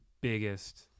biggest